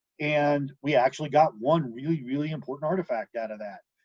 and we actually got one really, really important artifact out of that.